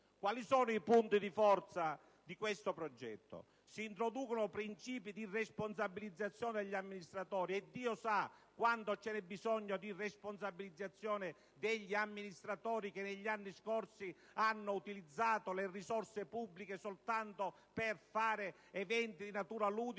Quali sono i punti di forza di questo progetto? Si introducono principi di responsabilizzazione degli amministratori; e Dio sa quanto c'è bisogno di responsabilizzare gli amministratori, che negli anni scorsi hanno utilizzato le risorse pubbliche soltanto per eventi di natura ludica